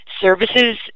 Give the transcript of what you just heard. services